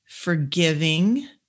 forgiving